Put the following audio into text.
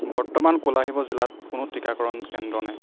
বৰ্তমান কোলাশিব জিলাত কোনো টিকাকৰণ কেন্দ্ৰ নাই